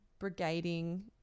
Brigading